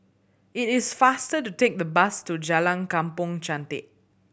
it is faster to take the bus to Jalan Kampong Chantek